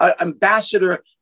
ambassador